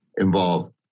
involved